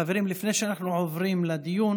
חברים, לפני שאנחנו עוברים לדיון